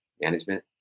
management